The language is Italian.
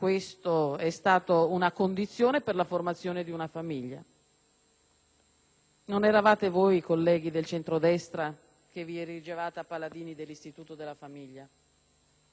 Non eravate voi, colleghi del centrodestra, che vi erigevate a paladini dell'istituto della famiglia? Vorrei spendere due parole anche sui reati contro le cose.